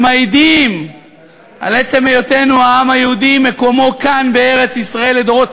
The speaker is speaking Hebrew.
שמעידים על עצם היותנו העם היהודי שמקומו כאן בארץ-ישראל לדורות,